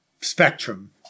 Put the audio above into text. spectrum